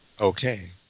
Okay